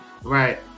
right